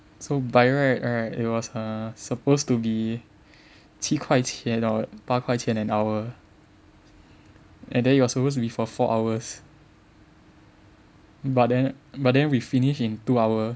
so by right right it was err supposed to be 八块钱 orh 八块钱 an hour and then it was supposed to be for four hours but then but then we finished in two hour